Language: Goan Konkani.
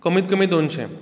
कमीत कमी दोनशें